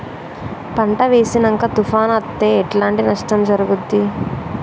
పంట వేసినంక తుఫాను అత్తే ఎట్లాంటి నష్టం జరుగుద్ది?